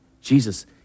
Jesus